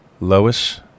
Lois